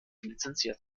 lizenziert